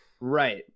right